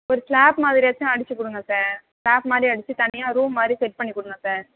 ஒரு சிலாப் மாதிரியாச்சும் அடித்துக் கொடுங்க சார் சிலாப் மாதிரி அடித்து தனியாக ரூம் மாதிரி செட் பண்ணிக் கொடுங்க சார்